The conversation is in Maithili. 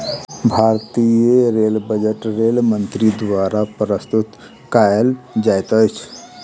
भारतीय रेल बजट रेल मंत्री द्वारा प्रस्तुत कयल जाइत अछि